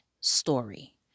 story